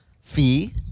fee